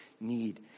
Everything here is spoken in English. need